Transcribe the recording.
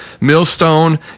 Millstone